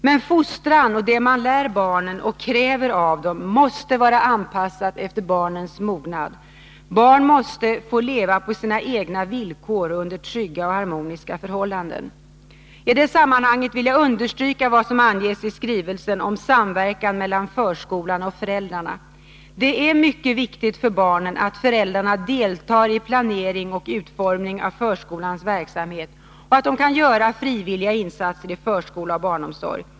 Men fostran och det man lär barnen och kräver av dem måste vara anpassat efter Nr 51 barnens mognad. Barn måste få leva på sina egna villkor och under trygga Onsdagen den och harmoniska förhållanden. 15 december 1982 I det här sammanhanget vill jag understryka vad som anges i skrivelsen om samverkan mellan förskolan och föräldrarna. Det är mycket viktigt för barnen att föräldrarna deltar i planering och utformning av förskolans verksamhet och att de kan göra frivilliga insatser i förskola och barnomsorg.